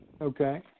Okay